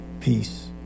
peace